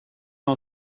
all